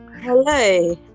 Hello